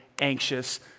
anxious